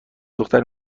دختر